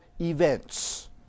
events